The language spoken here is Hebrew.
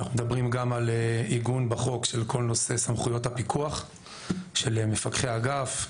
אנחנו מדברים גם על עיגון בחוק של כל נושא סמכויות הפיקוח של מפקחי אגף,